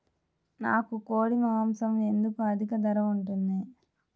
నాకు కోడి మాసం ఎందుకు అధిక ధర ఉంటుంది?